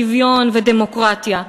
שוויון ודמוקרטיה.